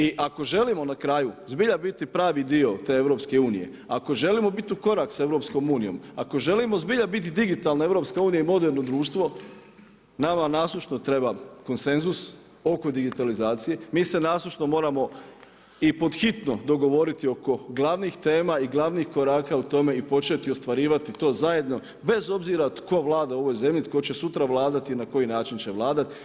I ako želimo na kraju, zbilja biti pravi dio te EU, ako želimo biti u korak sa EU, ako želimo zbilja biti digitalna EU i moderno društvo, nama nasušno treba konsenzus oko digitalizacije, mi se nasušno moramo i pod hitno dogovoriti oko glavnih tema i glavnih koraka u tome i početi ostvarivati to zajedno, bez obzira tko vlada u ovoj zemlji, tko će sutra vladati i na koji način će vladati.